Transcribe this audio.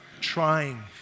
trying